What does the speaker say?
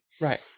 Right